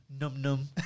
num-num